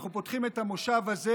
אנחנו פותחים את המושב הזה